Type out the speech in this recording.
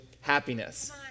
happiness